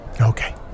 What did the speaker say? Okay